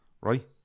right